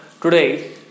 today